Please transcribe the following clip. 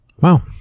Wow